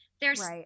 There's-